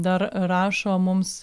dar rašo mums